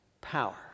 power